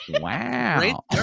wow